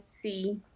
see